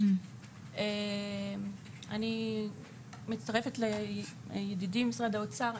אני מצטרפת לידידי ממשרד האוצר.